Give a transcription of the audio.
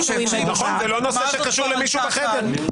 זה לא קשור למישהו שלא נמצא בחדר.